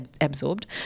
absorbed